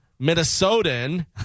Minnesotan